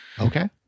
Okay